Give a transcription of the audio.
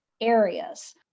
areas